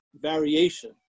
variation